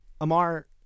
Amar